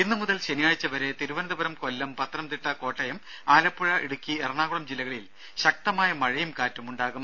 ഇന്നു മുതൽ ശനിയാഴ്ച വരെ തിരുവനന്തപുരം കൊല്ലം പത്തനംതിട്ട കോട്ടയം ആലപ്പുഴ ഇടുക്കി എറണാകുളം ജില്ലകളിൽ ശക്തമായ മഴയും കാറ്റും ഉണ്ടാകും